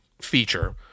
feature